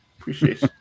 appreciate